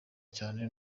cyane